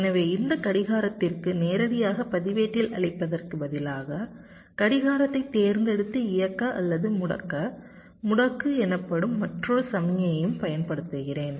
எனவே இந்த கடிகாரத்திற்கு நேரடியாக பதிவேட்டில் அளிப்பதற்கு பதிலாக கடிகாரத்தைத் தேர்ந்தெடுத்து இயக்க அல்லது முடக்க முடக்கு எனப்படும் மற்றொரு சமிக்ஞையையும் பயன்படுத்துகிறேன்